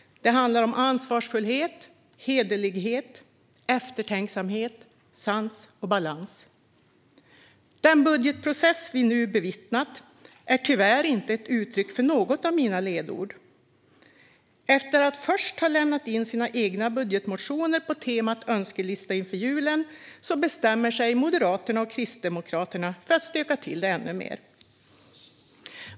Det handlar om ansvarsfullhet, hederlighet, eftertänksamhet, sans och balans. Den budgetprocess vi nu har bevittnat är tyvärr inte ett uttryck för något av mina ledord. Efter att först ha lämnat in sina egna budgetmotioner på temat önskelista inför julen bestämde sig Moderaterna och Kristdemokraterna för att stöka till det ännu mer.